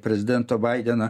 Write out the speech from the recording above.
prezidento baideno